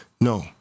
No